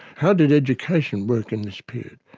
how did education work in this period?